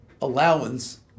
allowance